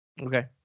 Okay